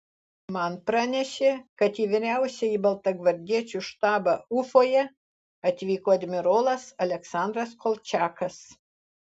man pranešė kad į vyriausiąjį baltagvardiečių štabą ufoje atvyko admirolas aleksandras kolčiakas